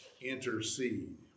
intercede